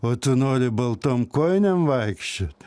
o tu nori baltom kojinėm vaikščiot